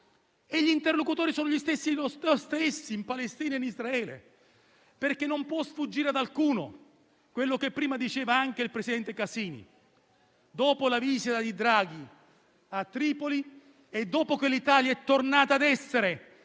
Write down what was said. stessi interlocutori, in Palestina e in Israele, perché non può sfuggire ad alcuno quello che prima diceva anche il presidente Casini. Dopo la visita di Draghi a Tripoli e dopo che l'Italia è tornata a essere